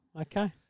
Okay